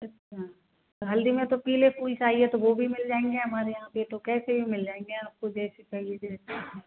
अच्छा हल्दी में तो पीले फूल चाहिए तो वो भी मिल जायेंगे हमारे यहाँ पे तो कैसे भी मिल जायेंगे आपको जैसे चाहिए जैसे